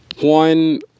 One